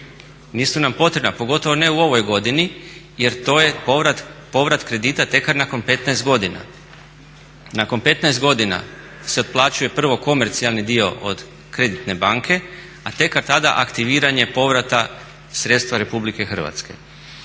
Nisu nam potrebna, pogotovo ne u ovoj godini jer to je povrat kredita tekar nakon 15 godina. Nakon 15 godina se otplaćuje prvo komercijalni dio od kreditne banke, a tekar tada aktiviranje povrata sredstva RH.